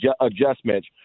adjustments